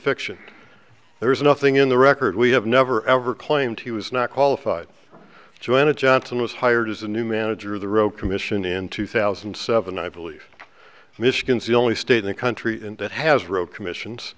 fiction there is nothing in the record we have never ever claimed he was not qualified to enter johnson was hired as a new manager of the road commission in two thousand and seven i believe michigan's the only state in the country that has road commissions